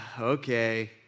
okay